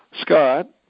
Scott